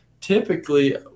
typically